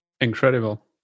Incredible